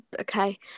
Okay